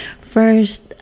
first